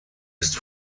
ist